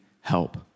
help